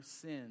sins